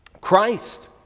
Christ